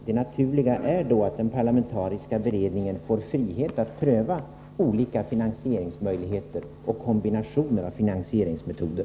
Det naturliga är då att den parlamentariska beredningen får frihet att pröva olika finansieringsmöjligheter och kombinationer av finansieringsmetoder.